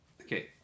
Okay